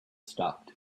stopped